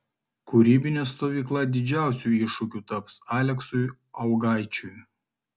kūrybinė stovykla didžiausiu iššūkiu taps aleksui augaičiui